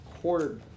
quarter